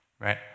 right